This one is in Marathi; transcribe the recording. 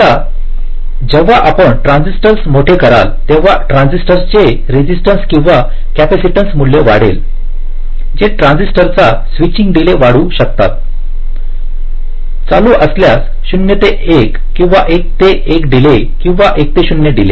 आता जेव्हा आपण ट्रान्झिस्टरस मोठे कराल तेव्हा ट्रान्झिस्टरस चे रेजिस्टन्स किंवा कॅपेसिटन्स मूल्य वाढेल जे ट्रान्झिस्टर चा स्विचिंग डीलेवाढवू शकतात चालू असल्यास 0 ते 1 किंवा 1 ते 1 डीले किंवा 1 ते 0 डीले